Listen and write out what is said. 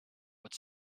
but